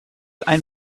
ein